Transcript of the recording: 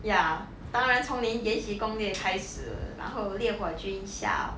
ya 当然从连延禧攻略开始然后烈火军校